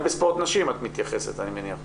אני מניח שאת מתייחסת רק לספורט נשים.